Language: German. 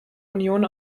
union